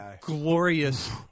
glorious